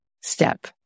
step